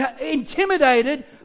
intimidated